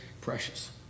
precious